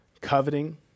coveting